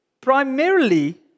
primarily